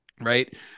right